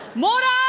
modern